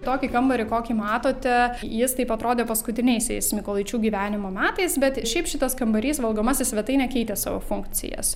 tokį kambarį kokį matote jis taip atrodė paskutiniaisiais mykolaičių gyvenimo metais bet šiaip šitas kambarys valgomasis svetainė keitė savo funkcijas